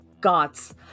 Gods